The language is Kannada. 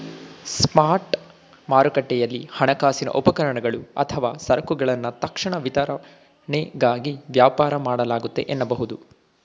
ಸ್ಪಾಟ್ ಮಾರುಕಟ್ಟೆಯಲ್ಲಿ ಹಣಕಾಸಿನ ಉಪಕರಣಗಳು ಅಥವಾ ಸರಕುಗಳನ್ನ ತಕ್ಷಣ ವಿತರಣೆಗಾಗಿ ವ್ಯಾಪಾರ ಮಾಡಲಾಗುತ್ತೆ ಎನ್ನಬಹುದು